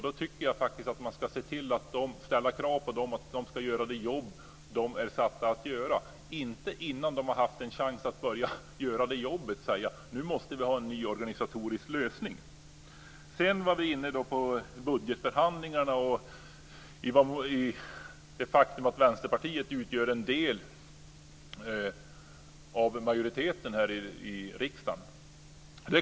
Då tycker jag faktiskt att vi ska se till att ställa krav på att man ska göra det jobb man är satt att göra. Vi ska inte innan man har haft en chans att börja göra det jobbet säga: Nu måste vi ha en ny organisatorisk lösning. Sedan var vi inne på budgetförhandlingarna och det faktum att Vänsterpartiet utgör en del av majoriteten här i riksdagen.